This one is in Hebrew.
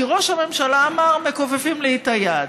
כי ראש הממשלה אמר: מכופפים לי את היד.